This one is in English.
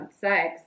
sex